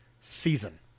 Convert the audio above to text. season